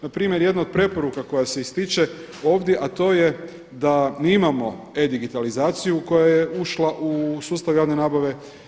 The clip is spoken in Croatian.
Na primjer, jedna od preporuka koja se ističe ovdje, a to je da mi imamo e-digitalizaciju koja je ušla u sustav javne nabave.